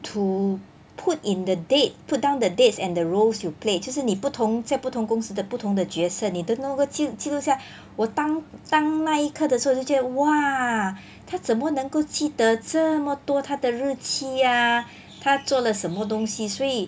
to put in the date put down the dates and the roles you play 就是你不同在不同公司的不同的角色你都弄个记记录下我当当那一刻的时候就觉得 !wah! 他怎么能够记得这么多他的日期啊他做了什么东西所以